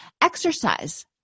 exercise